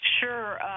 Sure